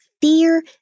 fear